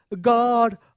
God